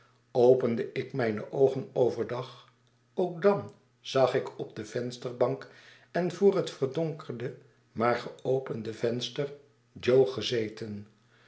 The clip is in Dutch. opende ik mijne oogen over dag ook dan zag ik op de vensterbank en voor het verdonkerde maar geopende venster jo gezeten